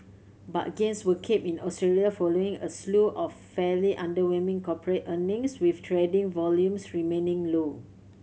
but gains were capped in Australia following a slew of fairly underwhelming corporate earnings with trading volumes remaining low